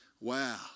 Wow